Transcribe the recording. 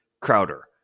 Crowder